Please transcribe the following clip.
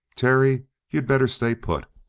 terry, you better stay put.